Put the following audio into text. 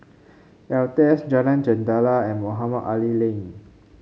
Altez Jalan Jendela and Mohamed Ali Lane